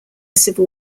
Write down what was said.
civil